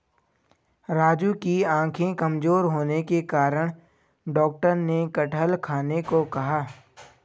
राजू की आंखें कमजोर होने के कारण डॉक्टर ने कटहल खाने को कहा